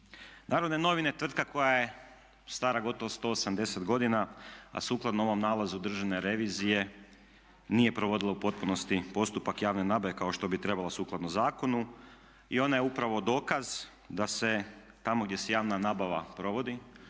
Narodne novine, tvrtka koja je stara gotovo 180 godina, a sukladno ovom nalazu Državne revizije nije provodila u potpunosti postupak javne nabave kao što bi trebala sukladno zakonu i ona je upravo dokaz da se tamo gdje se javna nabava provodi